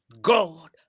God